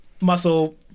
muscle